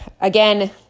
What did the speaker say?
again